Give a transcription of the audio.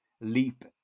leap